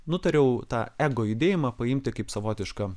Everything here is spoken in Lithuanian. nutariau tą ego judėjimą paimti kaip savotišką